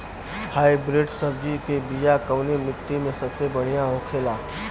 Hybrid सब्जी के बिया कवने मिट्टी में सबसे बढ़ियां होखे ला?